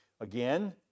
Again